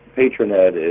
patronet